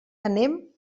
anem